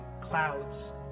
clouds